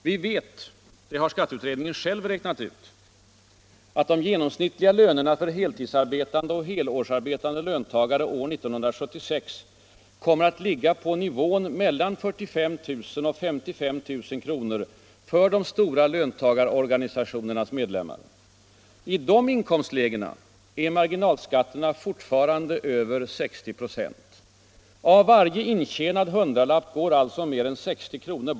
Vi vet — det har skatteutredningen själv räknat ut — att de genomsnittliga lönerna för heltidsarbetande och helårsarbetande löntagare år 1976 kommer att ligga på nivån mellan 45 000 och 55 000 kr. för de stora löntagarorganisationernas medlemmar. I dessa inkomstlägen är marginalskatterna fortfarande över 60 96. Av varje intjänad hundralapp går alltså mer än 60 kr.